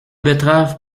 betterave